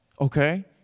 okay